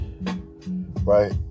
right